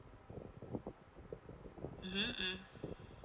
mmhmm